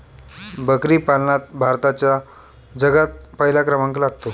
बकरी पालनात भारताचा जगात पहिला क्रमांक लागतो